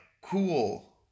cool